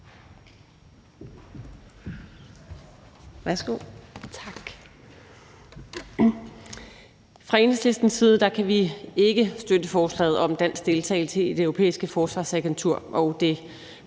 Enhedslistens side kan vi ikke støtte forslaget om en dansk deltagelse i Det Europæiske Forsvarsagentur